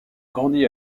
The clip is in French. grandi